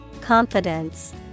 Confidence